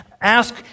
Ask